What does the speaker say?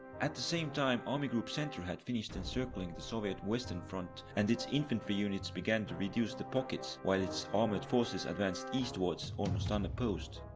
at the same time army group center had finished encircling the soviet western front and its infantry units began to reduce the pockets, while its armoured forces advanced eastwards almost unopposed.